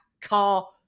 car